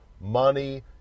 money